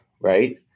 right